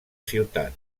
ciutat